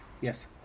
Yes